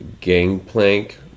gangplank